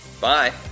Bye